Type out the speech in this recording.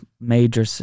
major